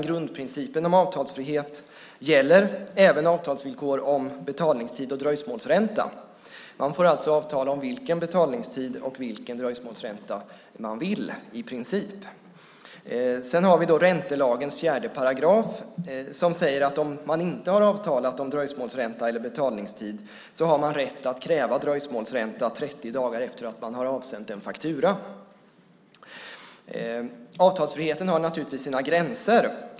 Grundprincipen om avtalsfrihet gäller även avtalsvillkor om betalningstid och dröjsmålsränta. Man får alltså avtala om i princip vilken betalningstid och vilken dröjsmålsränta man vill. Räntelagens 4 § säger att om man inte har avtalat om dröjsmålsränta eller betalningstid har man rätt att kräva dröjsmålsränta 30 dagar efter att man har avsänt en faktura. Avtalsfriheten har naturligtvis sina gränser.